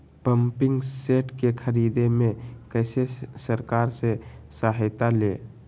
Pumping set के ख़रीदे मे कैसे सरकार से सहायता ले?